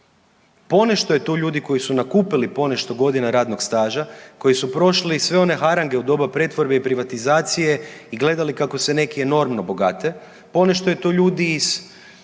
Ponešto je tu ljudi koji su nakupili ponešto godina radnog staža, koji su prošli sve one harange u doba pretvorbe i privatizacije i gledali kako se neki enormno bogate, ponešto je tu ljudi iz